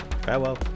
farewell